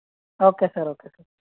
okay sir okay